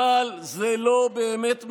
אבל זה לא באמת משנה,